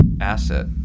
asset